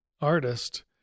artist